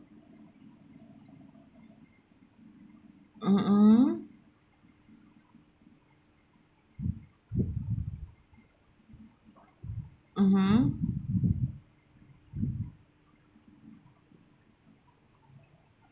mm mm mmhmm